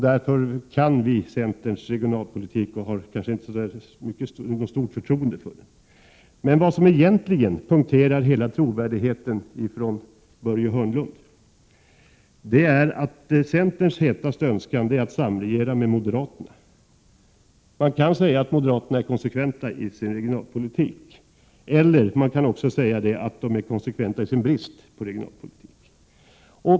Vi kan centerns regionalpolitik och har kanske inte så stort förtroende för den. Men vad som punkterar hela Börje Hörnlunds trovärdighet är att centerns hetaste önskan är att samregera med moderaterna. Man kan säga att moderaterna är konsekventa i sin regionalpolitik. Man kan också säga att de är konsekventa i sin brist på regionalpolitik.